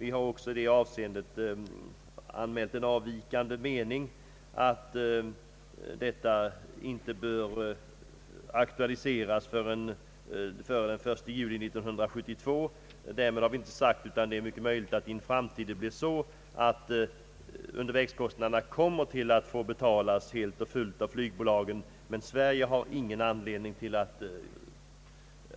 Vi har också anmält avvikande mening i det hänseendet, att detta inte bör aktualiseras före den 1 juli 1972. Därmed har vi inte sagt att det inte i en framtid kan bli så att flygbolagen helt och fullt kommer att få betala undervägskostnaderna; men Sverige har ingen anledning